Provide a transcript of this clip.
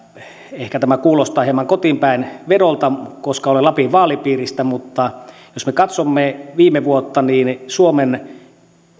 ehkä tämä kuulostaa hieman kotiinpäin vedolta koska olen lapin vaalipiiristä mutta jos me katsomme viime vuotta niin suomen